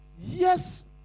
yes